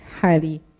highly